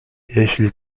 jeśli